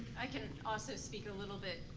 i can also speak a little bit.